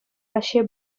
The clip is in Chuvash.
раҫҫей